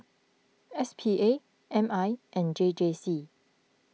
S P A M I and J J C